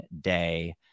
day